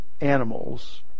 animals